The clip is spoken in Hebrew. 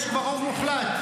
כבר יש רוב מוחלט.